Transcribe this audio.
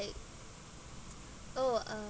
oh uh